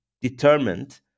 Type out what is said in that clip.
determined